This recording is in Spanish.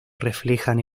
reflejan